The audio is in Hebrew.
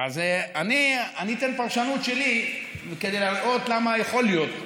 אז אני אתן פרשנות שלי כדי להראות למה יכול להיות,